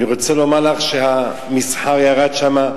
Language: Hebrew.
אני רוצה לומר לךְ שהמסחר ירד שם,